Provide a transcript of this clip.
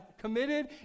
committed